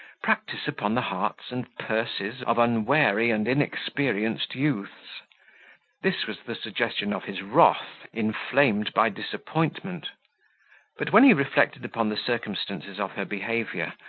practise upon the hearts and purses of unwary and inexperienced youths this was the suggestion of his wrath inflamed by disappointment but when he reflected upon the circumstances of her behaviour,